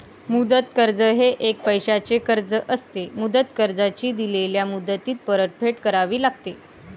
मुदत कर्ज हे एक पैशाचे कर्ज असते, मुदत कर्जाची दिलेल्या मुदतीत परतफेड करावी लागते